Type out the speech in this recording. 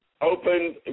opened